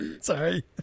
Sorry